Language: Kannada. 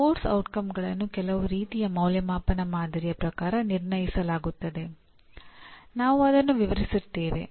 ಪಠ್ಯಕ್ರಮದ ಪರಿಣಾಮಗಳನ್ನು ಕೆಲವು ರೀತಿಯ ಅಂದಾಜುವಿಕೆ ಮಾದರಿಯ ಪ್ರಕಾರ ನಿರ್ಣಯಿಸಲಾಗುತ್ತದೆ ನಾವು ಅದನ್ನು ವಿವರಿಸುತ್ತೇವೆ